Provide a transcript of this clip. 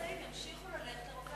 בעלי האמצעים ימשיכו ללכת לרופא,